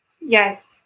Yes